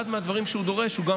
אחד מהדברים שהוא דורש הוא גם